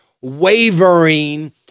wavering